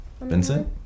Vincent